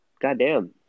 goddamn